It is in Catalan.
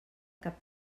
cap